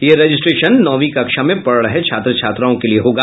यह रजिस्ट्रेशन नौवीं कक्षा में पढ़ रहे छात्र छात्राओं के लिये होगा